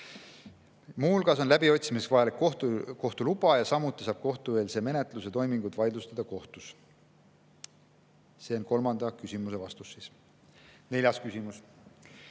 hulgas on läbiotsimiseks vajalik kohtu luba ja samuti saab kohtueelse menetluse toimingut vaidlustada kohtus. See on kolmanda küsimuse vastus. Neljas küsimus: